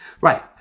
Right